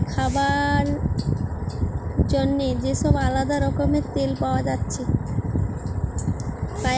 লোকের খাবার জন্যে যে সব আলদা রকমের তেল পায়া যাচ্ছে